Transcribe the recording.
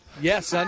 Yes